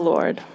Lord